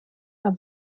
are